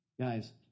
Guys